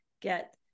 get